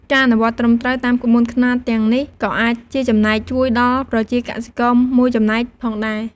ការអនុវត្តត្រឹមត្រូវតាមក្បួនខ្នាតទាំងនេះក៏អាចជាចំណែកជួយដល់ប្រជាកសិករមួយចំណែកផងដែរ។